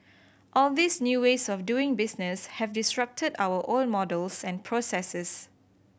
all these new ways of doing business have disrupted our old models and processes